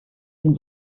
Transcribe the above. dem